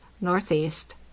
northeast